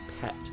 pet